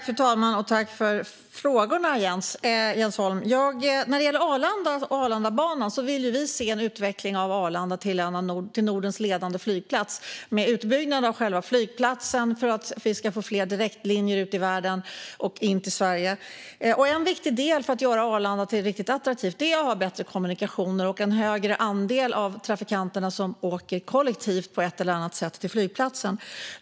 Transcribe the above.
Fru talman! Tack för frågorna, Jens Holm! När det gäller Arlanda och Arlandabanan vill vi se en utveckling av Arlanda till Nordens ledande flygplats med en utbyggnad av själva flygplatsen för fler direktlinjer ut i världen och in till Sverige. En viktig del i att göra Arlanda riktigt attraktivt är att ha bättre kommunikationer och en högre andel av trafikanter som åker kollektivt till flygplatsen på ett eller annat sätt.